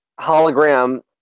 hologram